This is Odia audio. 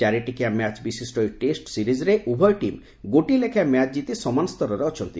ଚାରିଟିକିଆ ମ୍ୟାଚ୍ ବିଶିଷ୍ଟ ଏହି ଟେଷ୍ଟ ସିରିଜ୍ରେ ଉଭୟ ଟିମ୍ ଗୋଟିଏ ଲେଖାଏଁ ମ୍ୟାଚ୍ ଜିତି ସମାନ ସ୍ତରରେ ଅଛନ୍ତି